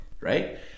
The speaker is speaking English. right